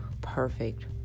perfect